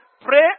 pray